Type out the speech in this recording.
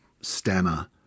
Stammer